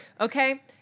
okay